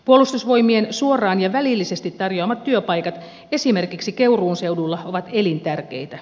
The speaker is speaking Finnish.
puolustusvoimien suoraan ja välillisesti tarjoamat työpaikat esimerkiksi keuruun seudulla ovat elintärkeitä